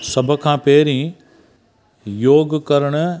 सभु खां पहिरीं योग करणु